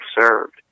served